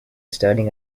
standing